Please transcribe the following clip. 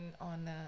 on